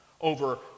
over